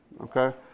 Okay